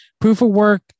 Proof-of-work